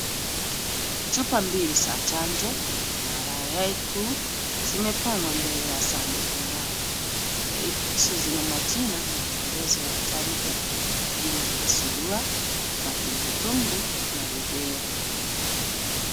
Chupa mbili za chanjo ya MMR two zimepangwa mbele ya sanduku lake. Chupa hizo zina jina na maelezo ya chanjo ya surua, matumbwi tumbwi na rubela.